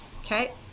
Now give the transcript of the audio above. Okay